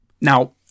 Now